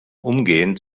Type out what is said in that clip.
umgehend